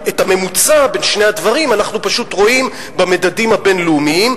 את הממוצע בין שני הדברים אנחנו פשוט רואים במדדים הבין-לאומיים,